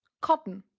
cotton,